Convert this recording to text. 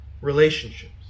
relationships